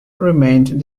remained